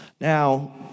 Now